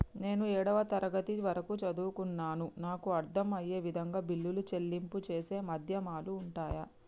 నేను ఏడవ తరగతి వరకు చదువుకున్నాను నాకు అర్దం అయ్యే విధంగా బిల్లుల చెల్లింపు చేసే మాధ్యమాలు ఉంటయా?